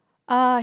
uh